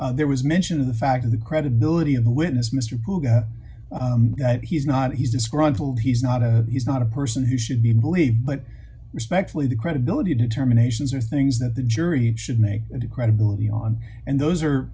issue there was mention of the fact of the credibility of the witness mr google that he's not he's disgruntled he's not a he's not a person who should be believed but respectfully the credibility determinations are things that the jury should make and credibility on and those are